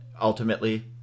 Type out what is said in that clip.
ultimately